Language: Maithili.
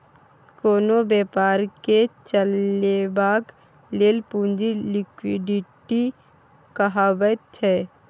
कोनो बेपारकेँ चलेबाक लेल पुंजी लिक्विडिटी कहाबैत छै